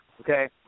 Okay